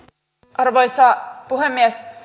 arvoisa puhemies